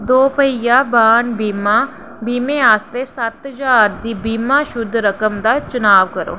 दोपेहिया वाहन बीमा बीमे आस्तै सत्त ज्हार दी बीमा शुद्ध रकम दा चुनाव करो